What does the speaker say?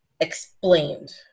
explained